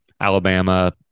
Alabama